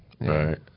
Right